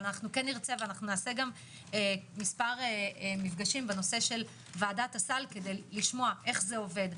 אבל נעשה מספר מפגשים בנושא של ועדת הסל כדי לשמוע איך זה עובד,